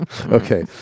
Okay